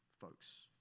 folks